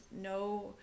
no